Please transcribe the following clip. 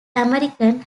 american